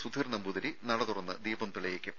സുധീർ നമ്പൂതിരി നട തുറന്ന് ദീപം തെളിയിക്കും